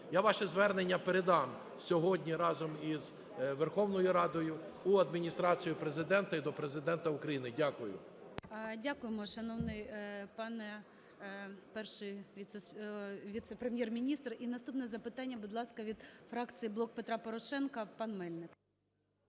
Я ваше звернення передам сьогодні разом із Верховною Радою у Адміністрацію Президента і до Президента України. Дякую. ГОЛОВУЮЧИЙ. Дякуємо, шановний Перший віце-прем'єр-міністре. І наступне запитання, будь ласка, від фракції "Блоку Петра Порошенка", пан Мельник.